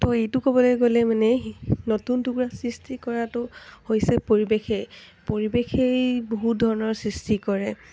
তো এইটো ক'বলৈ গ'লে মানে নতুন টুকুৰা সৃষ্টি কৰাটো হৈছে পৰিৱেশেই পৰিৱেশেই বহুত ধৰণৰ সৃষ্টি কৰে